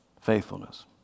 faithfulness